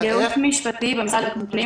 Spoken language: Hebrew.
מהייעוץ המשפטי במשרד הפנים.